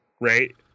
right